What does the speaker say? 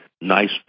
nice